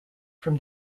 from